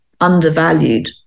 undervalued